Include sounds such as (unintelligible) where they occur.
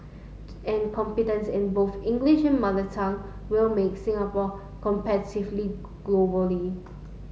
and competence in both English and mother tongue will make Singapore (unintelligible) globally